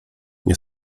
nie